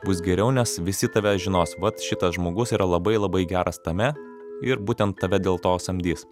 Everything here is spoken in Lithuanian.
bus geriau nes visi tave žinos vat šitas žmogus yra labai labai geras tame ir būtent tave dėl to samdys